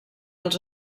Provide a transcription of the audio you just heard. els